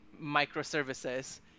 microservices